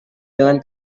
dengan